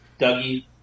Dougie